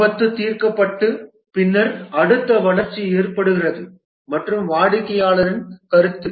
ஆபத்து தீர்க்கப்பட்டு பின்னர் அடுத்த வளர்ச்சி ஏற்படுகிறது மற்றும் வாடிக்கையாளர் கருத்து